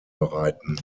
bereiten